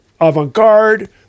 avant-garde